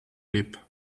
leap